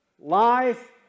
life